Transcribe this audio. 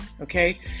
okay